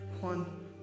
one